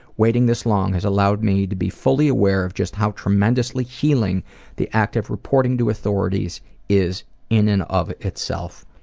waiting this long has allowed me to be fully aware of just how tremendously healing the act of reporting to authorities is in and of itself.